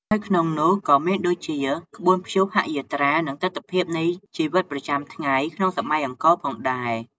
ហើយក្នុងនោះក៏មានដូចជាក្បួនព្យុហយាត្រា និងទិដ្ឋភាពនៃជីវិតប្រចាំថ្ងៃក្នុងសម័យអង្គរផងដែរ។